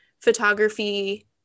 photography